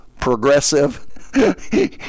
Progressive